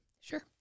Sure